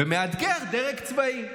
ומאתגר דרג צבאי,